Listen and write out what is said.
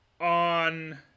on